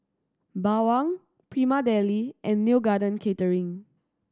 Bawang Prima Deli and Neo Garden Catering